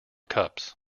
cups